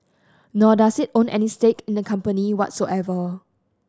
nor does it own any stake in the company whatsoever